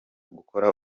gukora